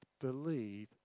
believe